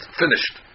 finished